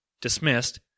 dismissed